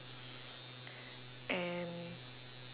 and